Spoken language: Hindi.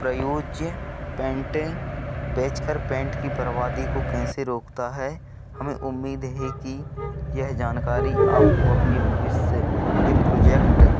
प्रयोज्य पेंटे बेचकर पेंट की बर्बादी को कैसे रोकता है हमें उम्मीद है कि यह जानकारी आपको अपने भविष्य के प्रोजेक्ट